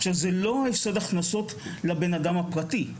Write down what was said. זה לא הפסד הכנסות לבן אדם הפרטי,